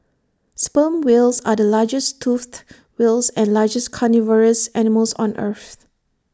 sperm whales are the largest toothed whales and largest carnivorous animals on earth